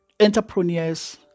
Entrepreneurs